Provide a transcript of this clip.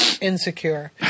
insecure